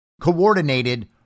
coordinated